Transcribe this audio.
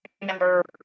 remember